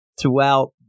throughout